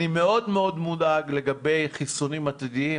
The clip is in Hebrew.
אני מאוד מאוד מודאג לגבי חיסונים עתידיים